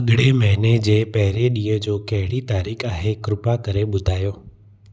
अॻिए महिने जे पहिरें ॾींहं जो कहिड़ी तारीख़ु आहे कृपा करे ॿुधायो